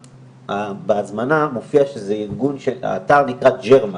בהזמנה הופיע שזה מטעם אתר ג'רמק,